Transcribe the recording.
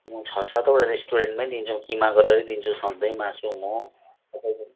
छ सातवटा रेस्टुरेन्टमा दिन्छौँ किमा गरेरै दिन्छु सधैँ मासु म तपाईँको